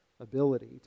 Ability